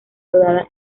rodada